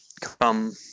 come